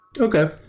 Okay